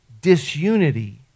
Disunity